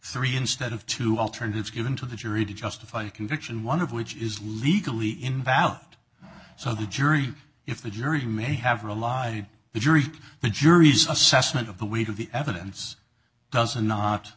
three instead of two alternatives given to the jury to justify a conviction one of which is legally invalid so the jury if the jury may have to rely on the jury the jury's assessment of the weight of the evidence doesn't not